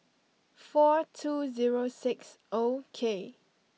four two zero six O K